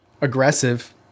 aggressive